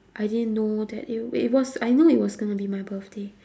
I didn't know that it it was I know it was going to be my birthday